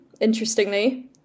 interestingly